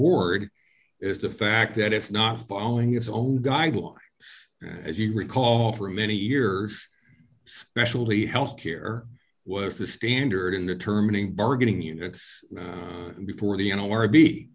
board is the fact that it's not following its own guidelines as you recall for many years specially health care was the standard in the terminating bargaining units before the